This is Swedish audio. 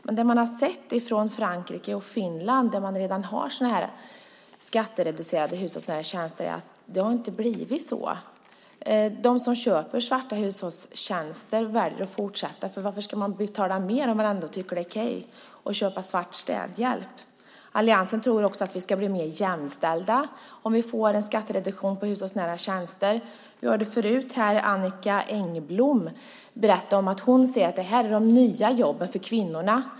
Men det man har sett från Frankrike och Finland, där man redan har sådana skattereducerade hushållsnära tjänster, är att det inte har blivit så. De som köper svarta hushållstjänster väljer att fortsätta. Varför ska man betala mer när man ändå tycker att det är okej att köpa svart städhjälp? Alliansen tror också att vi ska bli mer jämställda om vi får en skattereduktion på hushållsnära tjänster. Vi hörde förut Annicka Engblom berätta att hon ser att det här är de nya jobben för kvinnorna.